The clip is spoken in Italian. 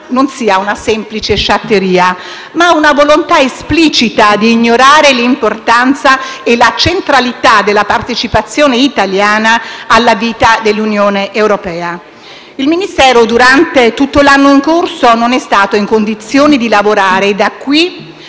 non sia una semplice sciatteria, ma la volontà esplicita d'ignorare l'importanza e la centralità della partecipazione italiana alla vita dell'Unione europea. Il Ministero, durante tutto l'anno in corso, non è stato in condizioni di lavorare e, da qui